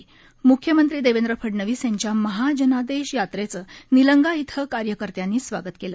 म्ख्यमंत्री देवेंद्र फडणवीस यांच्या महा जनादेश यात्रेचं निलंगा इथं कार्यकर्त्यांनी स्वागत केलं